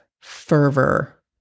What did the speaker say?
fervor